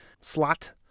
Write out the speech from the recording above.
slot